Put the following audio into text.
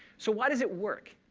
so why does it work?